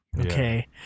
Okay